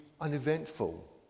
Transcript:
uneventful